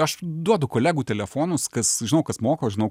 aš duodu kolegų telefonus kas žinau kas moko žinau